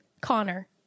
connor